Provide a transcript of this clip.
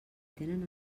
tenen